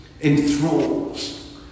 enthralls